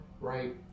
right